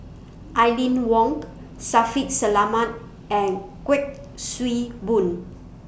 Aline Wong Shaffiq Selamat and Kuik Swee Boon